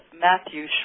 Matthew